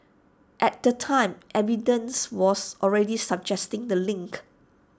at the time evidence was already suggesting the link